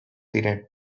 ziren